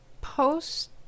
post